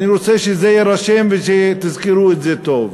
ואני רוצה שזה יירשם ושתזכרו את זה טוב: